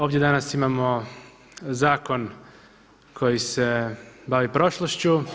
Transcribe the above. Ovdje danas imamo zakon koji se bavi prošlošću.